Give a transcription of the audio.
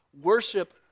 worship